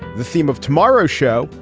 the theme of tomorrow's show.